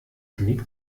genick